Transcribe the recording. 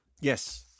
Yes